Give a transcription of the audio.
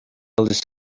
eldest